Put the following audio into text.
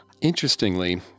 Interestingly